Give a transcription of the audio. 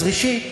אז ראשית,